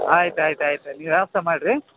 ಆಯ್ತು ಆಯ್ತು ಆಯ್ತು ನೀವು ವ್ಯವಸ್ಥೆ ಮಾಡ್ರಿ